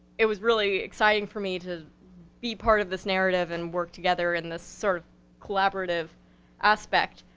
it was really exciting for me to be part of this narrative and work together in this sort of collaborative aspect